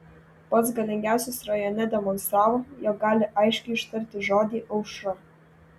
pats galingiausias rajone demonstravo jog gali aiškiai ištarti žodį aušra